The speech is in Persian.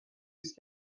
است